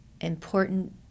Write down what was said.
important